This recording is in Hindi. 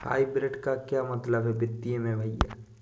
हाइब्रिड का क्या मतलब है वित्तीय में भैया?